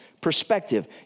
perspective